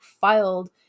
filed